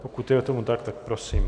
Pokud je tomu tak, tak prosím.